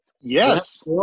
Yes